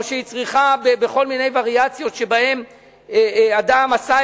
או שהיא צריכה בכל מיני וריאציות שבהן אדם שעשה